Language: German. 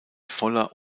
voller